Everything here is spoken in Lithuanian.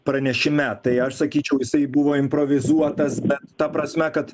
pranešime tai aš sakyčiau jisai buvo improvizuotas bet ta prasme kad